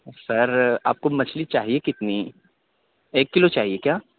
سر آپ کو مچھلی چاہیے کتنی ایک کلو چاہیے کیا